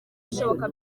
bishoboka